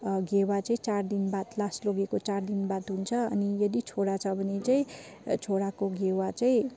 घेवा चाहिँ चार दिन बाद लास लगेको चार दिन बाद हुन्छ अनि यदि छोरा छ भने चाहिँ छोराको घेवा चाहिँ